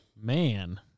Man